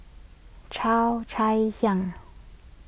Cheo Chai Hiang